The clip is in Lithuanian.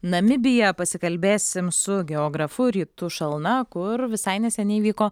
namibiją pasikalbėsim su geografu rytu šalna kur visai neseniai vyko